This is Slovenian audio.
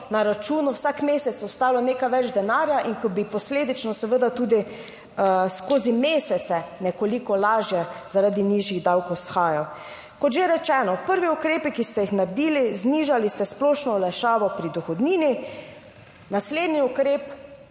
na računu vsak mesec ostalo nekaj več denarja in ko bi posledično seveda tudi skozi mesece nekoliko lažje zaradi nižjih davkov shajal. Kot že rečeno, prvi ukrepi, ki ste jih naredili, znižali ste splošno olajšavo pri dohodnini. Naslednji ukrep,